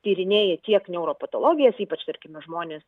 tyrinėja tiek neuropatologijas ypač tarkime žmonė